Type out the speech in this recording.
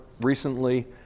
recently